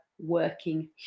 working